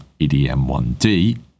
EDM1D